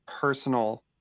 personal